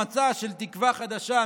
במצע של תקווה חדשה,